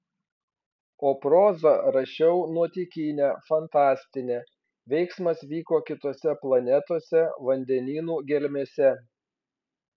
o prozą rašiau nuotykinę fantastinę veiksmas vyko kitose planetose vandenynų gelmėse